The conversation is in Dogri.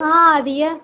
हां आ दी ऐ